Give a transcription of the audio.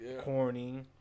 corny